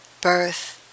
birth